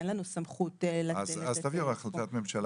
אין לנו סמכות --- אז תביאו החלטת ממשלה.